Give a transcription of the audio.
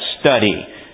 study